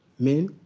men.